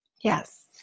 Yes